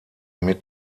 mit